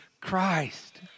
Christ